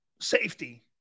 safety